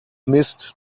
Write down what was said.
mist